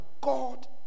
God